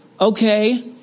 okay